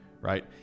right